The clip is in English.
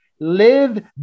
live